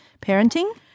parenting